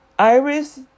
Iris